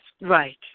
Right